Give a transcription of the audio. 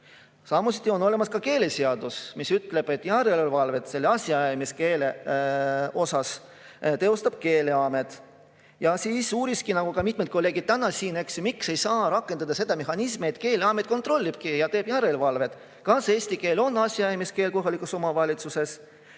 Samuti on olemas keeleseadus, mis ütleb, et järelevalvet asjaajamiskeele üle teostab Keeleamet. Ta uuris, nagu ka mitmed kolleegid täna siin, miks ei saa rakendada seda mehhanismi, et Keeleamet kontrollib, teeb järelevalvet, kas eesti keel on asjaajamiskeel kohalikes omavalitsustes